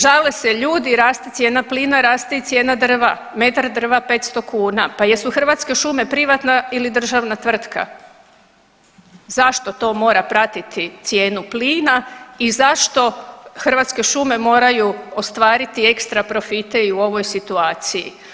Žale se ljudi raste cijena plina, raste i cijena drva, metar drva 500 kuna, pa jesu Hrvatske šume privatna ili državna tvrtka, zašto to mora pratiti cijenu plina i zašto Hrvatske šume moraju ostvariti ekstra profite i u ovoj situaciji.